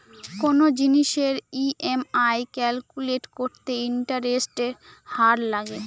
কোনো জিনিসের EMI calculate করতে ইন্টারেস্টের হার লাগে